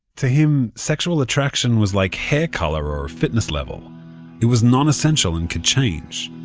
to him, sexual attraction was like hair color or fitness level it was non-essential and could change.